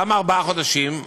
למה ארבעה חודשים?